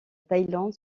thaïlande